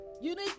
Unique